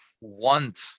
want